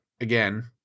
again